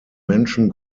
menschen